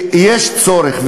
ויש צורך.